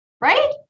Right